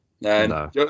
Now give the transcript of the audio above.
No